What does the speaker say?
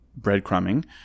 breadcrumbing